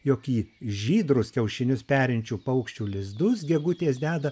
jog į žydrus kiaušinius perinčių paukščių lizdus gegutės deda